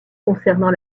concernant